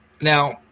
Now